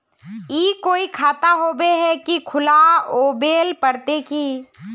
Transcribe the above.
ई कोई खाता होबे है की खुला आबेल पड़ते की?